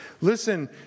Listen